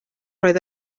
roedd